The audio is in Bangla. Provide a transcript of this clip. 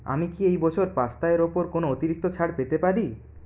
আমি কি এই বছর পাস্তা এর ওপর কোনও অতিরিক্ত ছাড় পেতে পারি